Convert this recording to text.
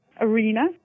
arena